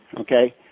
okay